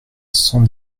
cent